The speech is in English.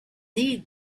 need